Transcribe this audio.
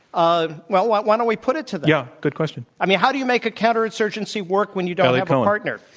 um well, why why don't we put it to them? yeah good question. i mean, how do you make a counterinsurgency work when you don't have a partner?